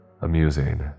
Amusing